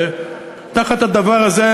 ותחת הדבר הזה,